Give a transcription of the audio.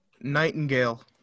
Nightingale